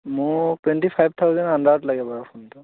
মোক twenty five থাওজেনৰ আণ্ডাৰত লাগে বাৰু ফোনটো